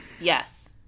Yes